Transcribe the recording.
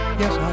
yes